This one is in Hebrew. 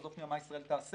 עזוב שנייה מה ישראל תעשה,